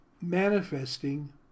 manifesting